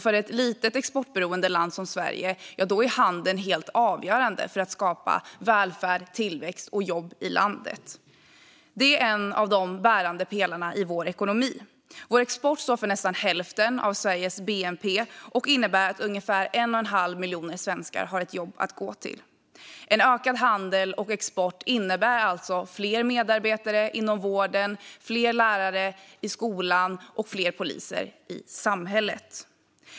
För ett litet, exportberoende land som Sverige är handeln helt avgörande för vår möjlighet att skapa välfärd, tillväxt och jobb i landet. Det är en av de bärande pelarna i vår ekonomi. Vår export står för nästan hälften av Sveriges bnp och gör att ungefär 1 1⁄2 miljon svenskar har ett jobb att gå till. En ökad handel och export innebär alltså fler medarbetare i vården, fler lärare i skolan och fler poliser i samhället.